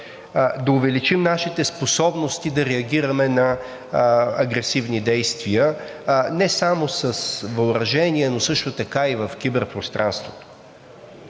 да увеличим нашите способности за реагиране на агресивни действия не само с въоръжение, но също така и в киберпространството.